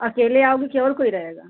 अकेले आओगी कि और कोई रहेगा